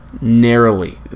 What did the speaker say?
narrowly